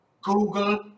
Google